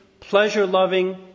pleasure-loving